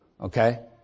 Okay